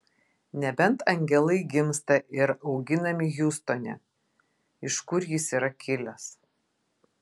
nebent angelai gimsta ir auginami hjustone iš kur jis yra kilęs